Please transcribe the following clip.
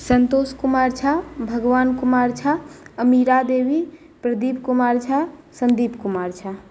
Santosh Kumar Jha Bhagwan Kumar Jha Amira Devi Pradeep Kumar Jha Sandeep Kumar Jha